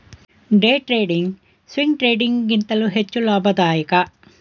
day trading, swing trading ಗಿಂತಲೂ ಹೆಚ್ಚು ಲಾಭದಾಯಕ